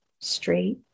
straight